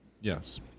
Yes